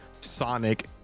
sonic